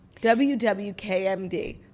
WWKMD